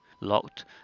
Locked